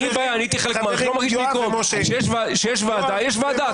כשיש ועדה, יש ועדה.